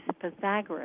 Pythagoras